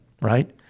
right